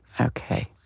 Okay